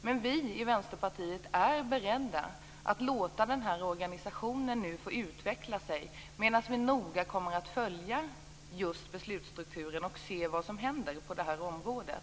Men vi i Vänsterpartiet är beredda att låta organisationen få utvecklas, medan vi noga följer just beslutsstrukturen och ser vad som händer på det här området.